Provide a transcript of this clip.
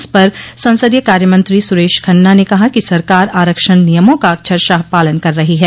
इस पर संसदीय कार्यमंत्री सुरेश खन्ना ने कहा कि सरकार आरक्षण नियमों का अक्षरशः पालन कर रही है